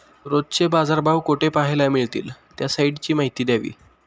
रोजचे बाजारभाव कोठे पहायला मिळतील? त्या साईटची माहिती द्यावी